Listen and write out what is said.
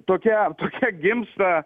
tokia tokia gimsta